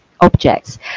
objects